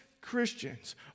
Christians